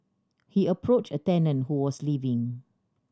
he approached a tenant who was leaving